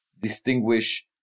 distinguish